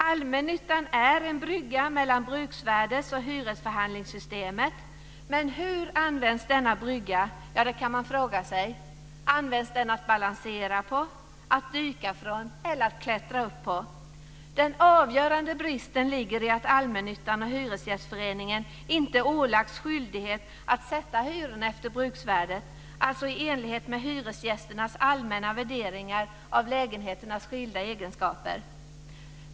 Allmännyttan är en brygga mellan bruksvärdesoch hyresförhandlingssystemet. Man kan dock fråga sig hur denna brygga används - att balansera på, att dyka från eller att klättra upp på. Den avgörande bristen ligger i att allmännyttan och Hyresgästföreningen inte ålagts skyldighet att sätta hyrorna efter bruksvärdet, alltså i enlighet med hyresgästernas allmänna värderingar av lägenheternas skilda egenskaper.